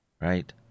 right